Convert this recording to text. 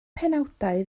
penawdau